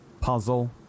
puzzle